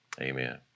Amen